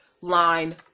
line